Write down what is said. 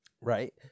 Right